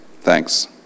Thanks